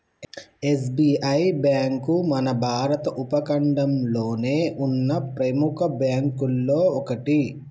SBI bank మన భారత ఉపఖండంలోనే ఉన్న ప్రెముఖ బ్యేంకుల్లో ఒకటి